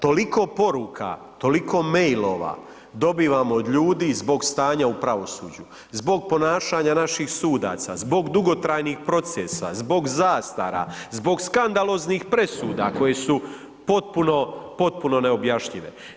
Toliko poruka, toliko mailova dobivam od ljudi zbog stanja u pravosuđu, zbog ponašanja naših sudaca, zbog dugotrajnih procesa, zbog zastara, zbog skandaloznih presuda koje su potpuno, potpuno neobjašnjive.